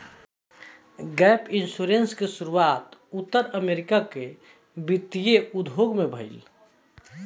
gap insurance के शुरुआत उत्तर अमेरिका के वित्तीय उद्योग में भईल